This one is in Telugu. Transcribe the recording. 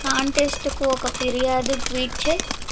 కాంటెస్టుకు ఒక ఫిర్యాదు ట్వీట్ చేయి